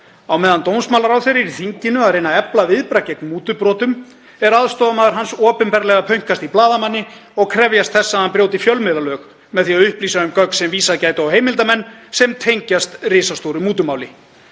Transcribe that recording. Á meðan dómsmálaráðherra er í þinginu að reyna að efla viðbragð gegn mútubrotum er aðstoðarmaður hans opinberlega að pönkast í blaðamanni og krefjast þess að hann brjóti fjölmiðlalög með því að upplýsa um gögn sem vísað gætu á heimildarmenn sem tengjast risastóru mútumáli.